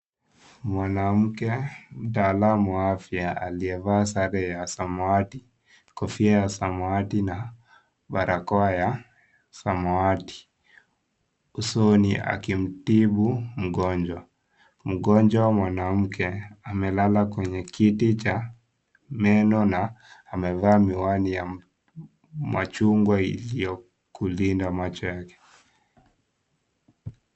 Mwanamke mtaalamu wa afya aliyevaa sare ya samawati, kofia samawati na barakoa ya samawati usoni akimtibu mgonjwa. Mgonjwa mwanamke amelala kwenye kiti cha meno na anavaa miwani ya machungwa ili kulinda macho yake.